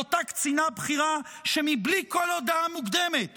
או על אותה קצינה בכירה, שבלי כל הודעה מוקדמת